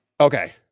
okay